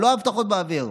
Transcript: לא הבטחות באוויר.